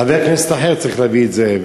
חבר כנסת אחר צריך להביא את זה,